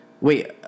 wait